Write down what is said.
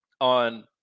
on